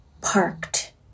parked